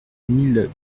mille